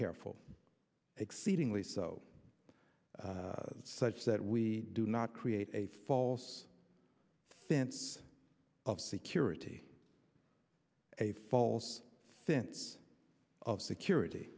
careful exceedingly so such that we do not create a false sense of security a false sense of security